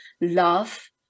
love